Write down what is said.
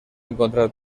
encontrar